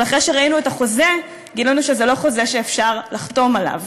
אבל אחרי שראינו את החוזה גילינו שזה לא חוזה שאפשר לחתום עליו.